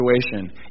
situation